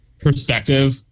perspective